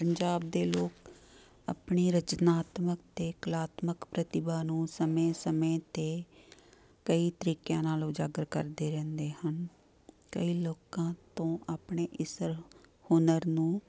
ਪੰਜਾਬ ਦੇ ਲੋਕ ਆਪਣੀ ਰਚਨਾਤਮਕ ਅਤੇ ਕਲਾਤਮਕ ਪ੍ਰਤਿਭਾ ਨੂੰ ਸਮੇਂ ਸਮੇਂ 'ਤੇ ਕਈ ਤਰੀਕਿਆਂ ਨਾਲ ਉਜਾਗਰ ਕਰਦੇ ਰਹਿੰਦੇ ਹਨ ਕਈ ਲੋਕਾਂ ਤੋਂ ਆਪਣੇ ਇਸ ਹੁਨਰ ਨੂੰ